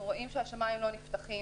אנחנו רואים שהשמיים לא נפתחים.